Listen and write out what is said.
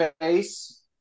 face